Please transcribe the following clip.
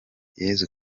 yesu